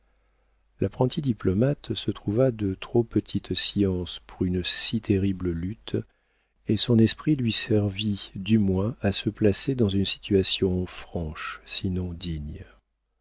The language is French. l'apprenti diplomate se trouva de trop petite science pour une si terrible lutte et son esprit lui servit du moins à se placer dans une situation franche sinon digne